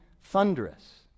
thunderous